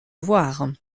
voir